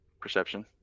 perception